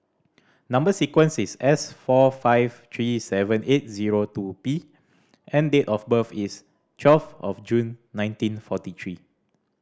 number sequence is S four five three seven eight zero two P and date of birth is twelve of June nineteen forty three